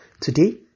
today